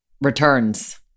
returns